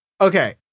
Okay